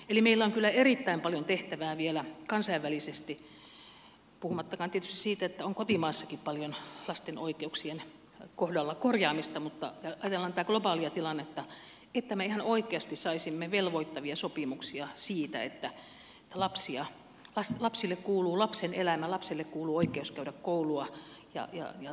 eli meillä on kyllä erittäin paljon tehtävää vielä kansainvälisesti puhumattakaan tietysti siitä että on kotimaassakin paljon lasten oikeuksien kohdalla korjaamista mutta ajatellaan tätä globaalia tilannetta että me ihan oikeasti saisimme velvoittavia sopimuksia siitä että lapselle kuuluu lapsen elämä lapselle kuuluu oikeus käydä koulua